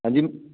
ਹਾਂਜੀ